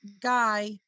guy